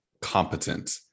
competent